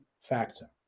factor